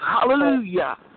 Hallelujah